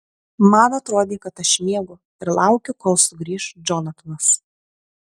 man atrodė kad aš miegu ir laukiu kol sugrįš džonatanas